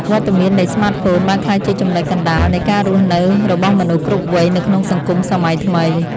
វត្តមាននៃស្មាតហ្វូនបានក្លាយជាចំណុចកណ្តាលនៃការរស់នៅរបស់មនុស្សគ្រប់វ័យនៅក្នុងសង្គមសម័យថ្មី។